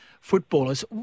footballers